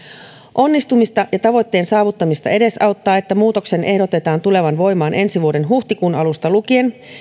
onnistumista ja tavoitteen saavuttamista edesauttaa että muutoksen ehdotetaan tulevan voimaan ensi vuoden huhtikuun alusta lukien